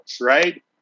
right